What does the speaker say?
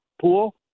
pool